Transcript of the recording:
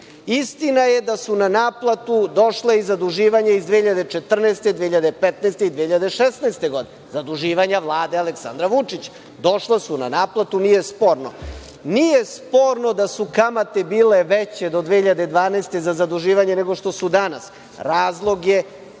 Istina je da su na naplatu došla i zaduživanja iz 2014, 2015. i 2016. godine, zaduživanja Vlade Aleksandra Vučića. Došla su na naplatu i nije sporno. Nije sporno da su kamate bile veće do 2012. godine za zaduživanje, nego što su danas. Razlog je